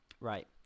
Right